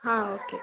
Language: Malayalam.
ഹാ ഓക്കേ